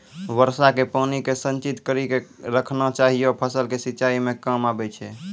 वर्षा के पानी के संचित कड़ी के रखना चाहियौ फ़सल के सिंचाई मे काम आबै छै?